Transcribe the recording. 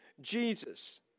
Jesus